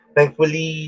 Thankfully